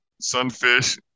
sunfish